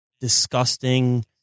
disgusting